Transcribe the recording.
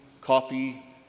coffee